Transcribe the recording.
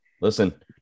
Listen